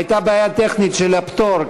הייתה בעיה טכנית של הפטור,